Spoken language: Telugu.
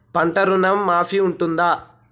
పంట ఋణం మాఫీ ఉంటదా?